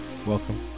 Welcome